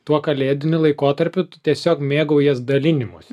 tuo kalėdiniu laikotarpiu tu tiesiog mėgaujies dalinimosi